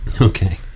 Okay